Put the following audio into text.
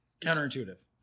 Counterintuitive